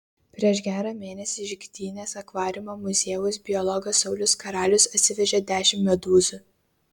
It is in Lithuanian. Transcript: prieš gerą mėnesį iš gdynės akvariumo muziejaus biologas saulius karalius atsivežė dešimt medūzų